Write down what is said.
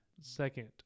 second